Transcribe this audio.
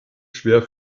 schwer